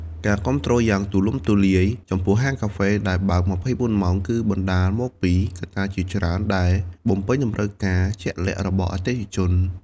ការគាំទ្រយ៉ាងទូលំទូលាយចំពោះហាងកាហ្វេដែលបើក ២៤ ម៉ោង គឺបណ្តាលមកពីកត្តាជាច្រើនដែលបំពេញតម្រូវការជាក់លាក់របស់អតិថិជន។